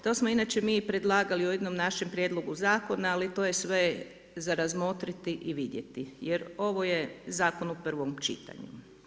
To smo inače mi i predlagali u jednom našem prijedlogu zakona, ali to je sve za razmotriti i vidjeti, jer ovo je zakon u prvom čitanju.